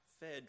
fed